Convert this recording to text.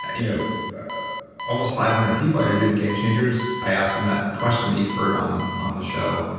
you know almost five hundred people i interviewed in game changers, i asked them that question that you've heard on on the show,